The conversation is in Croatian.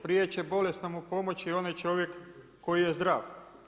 Prije će bolesnome pomoći onaj čovjek koji je zdrav.